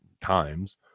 times